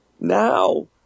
Now